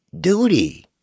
duty